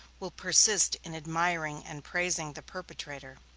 will persist in admiring and praising the perpetrator.